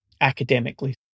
academically